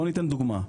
אתן דוגמה,